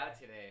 today